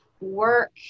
work